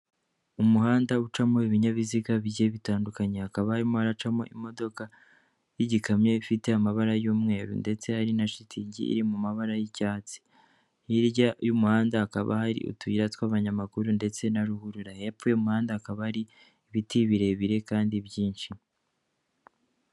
Umuhanda ucamo ibinyabiziga bigiye bitandukanye, hakaba harimo haracamo imodoka y'igikamyo ifite amabara y'umweru, ndetse hari na shitingi iri mu mabara y'icyatsi, hirya y'umuhanda hakaba hari utuyira tw'abanyamaguru ndetse na ruhurura hepfo y'umuhanda hakaba hari ibiti birebire kandi byinshi.